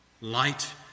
Light